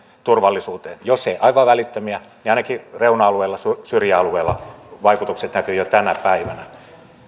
turvallisuuteen jos ei aivan välittömiä niin ainakin reuna alueilla syrjäalueilla vaikutukset näkyvät jo tänä päivänä